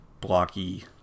blocky